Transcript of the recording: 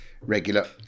regular